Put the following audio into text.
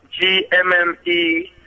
G-M-M-E